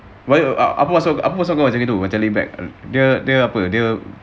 why apa maksud apa maksud kau macam laid back dia dia apa